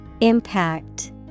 Impact